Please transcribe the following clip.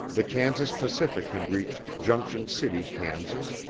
the kansas pacific had reached junction city, kansas,